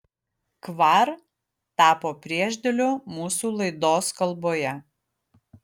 kvar tapo priešdėliu mūsų laidos kalboje